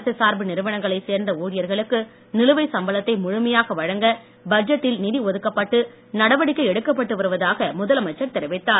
அரசு சார்பு நிறுவனங்களை சேர்ந்த ஊழியர்களுக்கு நிலுவை சம்பளத்தை முழுமையாக வழங்க பட்ஜெட்டில் நிதி ஒதுக்கப்பட்டு நடவடிக்கை எடுக்கப்பட்டு வருவதாக முதலமைச்சர் தெரிவித்தார்